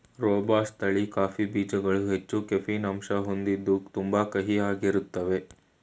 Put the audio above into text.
robusta ತಳಿ coffee ಬೀಜ್ಗಳು ಹೆಚ್ಚು ಕೆಫೀನ್ ಅಂಶನ ಹೊಂದಿದ್ದು ತುಂಬಾ ಕಹಿಯಾಗಿರ್ತಾವೇ